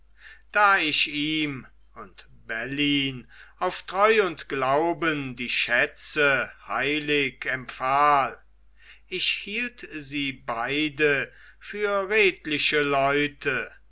da ich ihm und bellyn auf treu und glauben die schätze heilig empfahl ich hielt sie beide für redliche leute